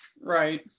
right